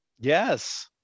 Yes